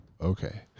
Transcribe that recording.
okay